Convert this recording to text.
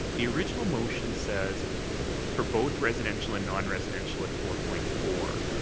the original motion says for both residential and non-residential at four point four.